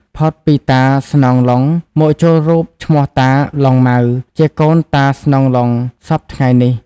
ផុតពីតាស្នង ឡុង មកចូលរូបឈ្មោះតា ឡុង ម៉ៅ ជាកូនតា ស្នង ឡុង សព្វថ្ងៃនេះ ។